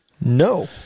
No